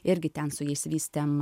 irgi ten su jais vystėm